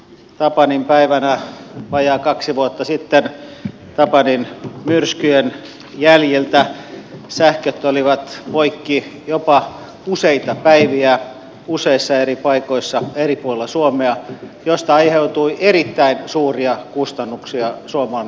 tapaninpäivänä vajaa kaksi vuotta sitten tapani myrskyn jäljiltä sähköt olivat poikki jopa useita päiviä useissa eri paikoissa eri puolilla suomea mistä aiheutui erittäin suuria kustannuksia suomen kansalaisille